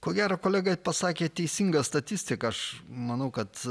ko gero kolega pasakė teisingą statistiką aš manau kad